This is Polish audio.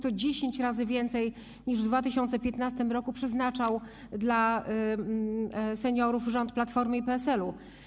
To dziesięć razy więcej, niż w 2015 r. przeznaczył dla seniorów rząd Platformy i PSL-u.